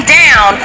down